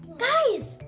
guys!